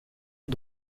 est